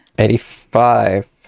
Eighty-five